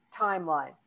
timeline